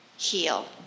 heal